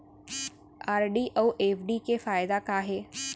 RD अऊ FD के फायेदा का हे?